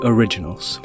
Originals